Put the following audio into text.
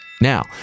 Now